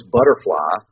Butterfly